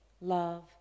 Love